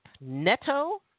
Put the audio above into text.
Neto